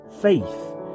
faith